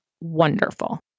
wonderful